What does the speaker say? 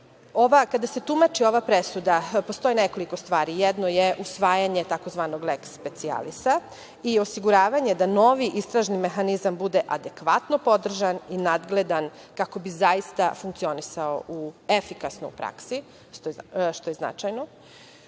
kada se tumači ova presuda postoji nekoliko stvari. Jedno je usvajanje tzv. leks sepcijalisa i osiguravanje da novi istražni mehanizam bude adekvatno podržan i nadgledan kako bi zaista funkcionisao efikasno u praksi što je značajno.U